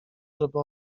żeby